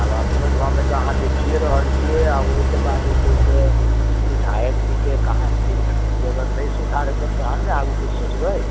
आब अपनो गावँमे तऽ अहाँ देखिये रहल छियै आ ओहिके बाद जे छै से विधायक जीके कहाँ दिनमे जे अगर नहि सुधार हेतनि तहन ने आगू किछु सोचबै